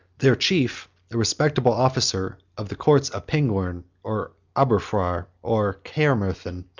their chief, a respectable officer of the courts of pengwern, or aberfraw, or caermarthen,